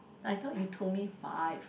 I thought you told me five